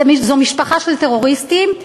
זו משפחה של טרוריסטים.